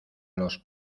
los